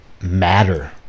matter